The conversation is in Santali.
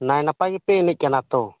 ᱱᱟᱭ ᱱᱟᱯᱟᱭ ᱜᱮᱯᱮ ᱮᱱᱮᱡ ᱠᱟᱱᱟ ᱛᱚ